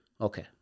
Okay